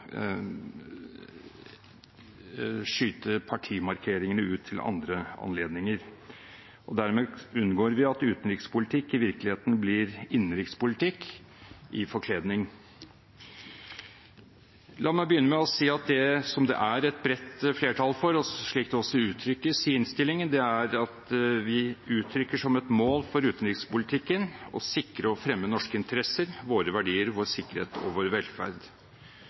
partimarkeringene ut til andre anledninger. Dermed unngår vi at utenrikspolitikk i virkeligheten blir innenrikspolitikk i forkledning. La meg begynne med å si at det det er et bredt flertall for, slik det også uttrykkes i innstillingen, er at vi uttrykker som et mål for utenrikspolitikken å sikre og fremme norske interesser, våre verdier, vår sikkerhet og vår velferd.